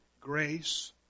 Grace